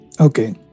okay